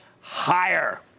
higher